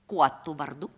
kuo tu vardu